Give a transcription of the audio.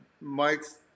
Mike's